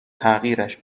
تغییرش